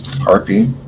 Harpy